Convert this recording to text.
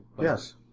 Yes